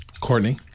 Courtney